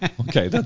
Okay